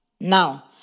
Now